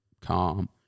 calm